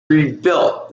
rebuilt